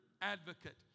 advocate